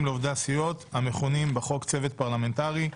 לעובדי הסיעות המכונים בחוק "צוות פרלמנטרי".